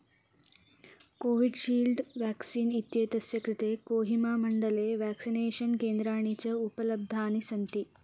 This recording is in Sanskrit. कोविड्शील्ड् व्याक्सीन् इत्येतस्य कृते कोहिमामण्डले व्याक्सिनेषन् केन्द्राणि च उपलब्धानि सन्ति